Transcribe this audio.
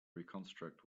reconstruct